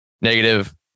negative